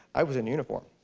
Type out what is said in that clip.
i was in uniform.